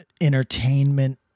entertainment